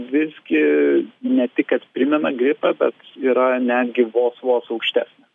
visgi ne tik kad primena gripą bet yra netgi vos vos aukštesnė